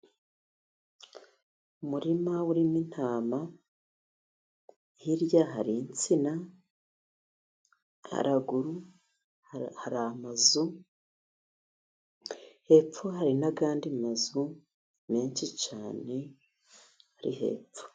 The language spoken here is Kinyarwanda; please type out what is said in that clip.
Umurima urimo intama, hirya hari insina. Haraguru hari amazu, hepfo hari n'andi mazu menshi cyane ari hepfo.